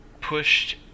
pushed